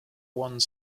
one